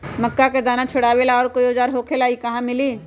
मक्का के दाना छोराबेला कोई औजार होखेला का और इ कहा मिली?